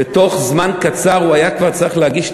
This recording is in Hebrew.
ובתוך זמן קצר הוא היה כבר צריך להגיש תקציב.